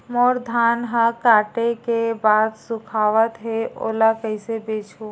मोर धान ह काटे के बाद सुखावत हे ओला कइसे बेचहु?